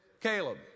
Caleb